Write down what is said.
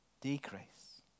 decrease